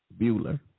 Bueller